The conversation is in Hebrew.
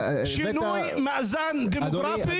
שינוי מאזן דמוגרפי.